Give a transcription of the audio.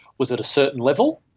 was at a certain level,